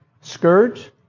Scourge